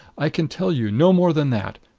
i can tell you no more than that.